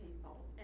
people